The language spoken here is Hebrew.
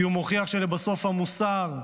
כי הוא מוכיח שלבסוף המוסר,